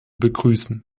begrüßen